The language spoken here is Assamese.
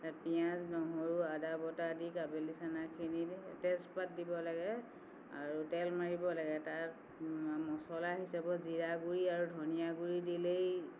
তাত পিয়াঁজ নহৰু আদা বটা দি কাবেলি চানাখিনি তেজপাত দিব লাগে আৰু তেল মাৰিব লাগে তাত মা মচলা হিচাপত জিৰা গুড়ি আৰু ধনিয়া গুড়ি দিলেই